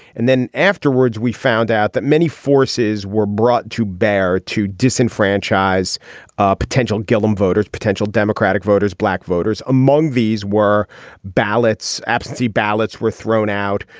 and then afterwards we found out that many forces were brought to bear to disenfranchise ah potential gilham voters potential democratic voters black voters. among these were ballots absentee ballots were thrown out.